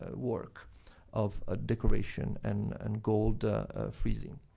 ah work of ah decoration and and gold friezing.